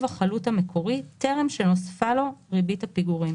החלוט המקורי טרם שנוספה לו ריבית הפיגורים."